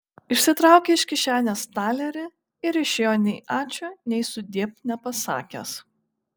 išsitraukė iš kišenės talerį ir išėjo nei ačiū nei sudiev nepasakęs